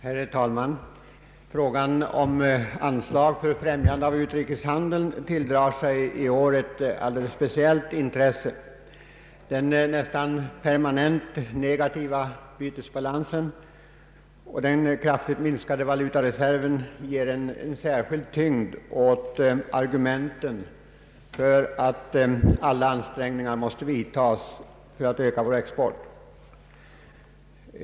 Herr talman! Frågan om anslag för främjande av utrikeshandeln tilldrar sig i år ett alldeles speciellt intresse. Den nästan permanent negativa bytesbalansen och den kraftigt minskade valutareserven ger en särskild tyngd åt argumenten för att alla ansträngningar måste vidtas för att öka vår export.